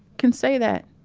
can say that